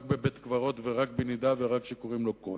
רק בבית-קברות ורק בנידה ורק כשקוראים לו כהן,